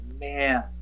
man